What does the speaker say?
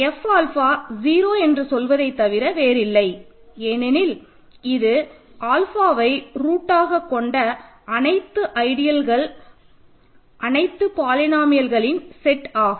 F alpha 0 என்று சொல்வதை தவிர வேறு இல்லை ஏனெனில் இது ஆல்ஃபாவை ரூட் ஆக கொண்ட அனைத்து ஐடியல்கள் அனைத்து பாலினோமியல்களின் செட் ஆகும்